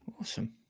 Awesome